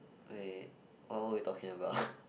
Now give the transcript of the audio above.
wait what were you talking about